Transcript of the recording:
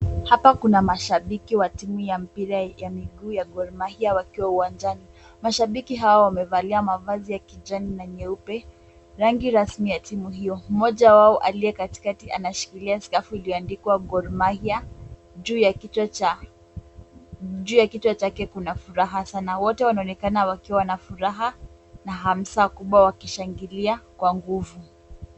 Hapa kuna mashabiki wa timu ya mpira ya jamii Kuu ya Gor mahiya wakiwa uwanjani. Mashabiki hawa wamevalia mavazi ya kijani na nyeupe, rangi rasmi ya timu hiyo—moja wao aliye katikati anashikilia skafu iliyoandikwa "Gor mahiya" juu ya kichwa chake. Kuna furaha sana. Wote wanaonekana wakiwa na furaha, na hamsa kubwa wakishangilia kwa nguvu.